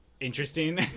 interesting